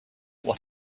what